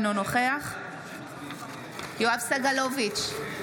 אינו נוכח יואב סגלוביץ'